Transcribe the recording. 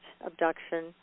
abduction